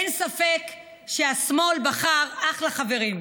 אין ספק שהשמאל בחר אחלה חברים.